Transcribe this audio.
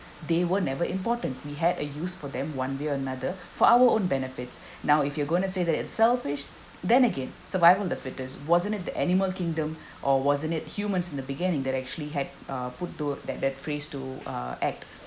they were never important we had a use for them one way or another for our own benefits now if you're going to say that it's selfish then again survival of the fittest wasn't it the animal kingdom or wasn't it humans in the beginning that actually had uh put to uh that that phrase to uh act